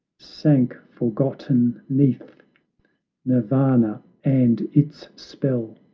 sank forgotten neath nirvana and its spell!